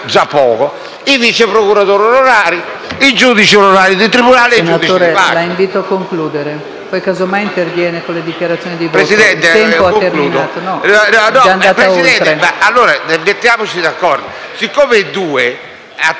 poco) i vice procuratori onorari, i giudici onorari di tribunale e i giudici di pace.